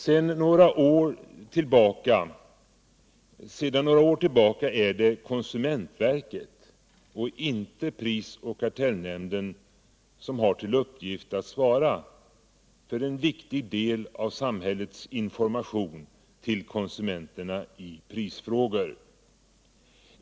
Sedan några år tillbaka är det konsumentverket och inte pris och kartellnämnden som har till uppgift att svara för en viktig del av samhällets information till konsumenterna i prisfrågor.